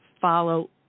follow